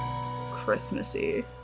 Christmassy